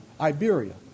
Iberia